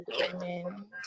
Amen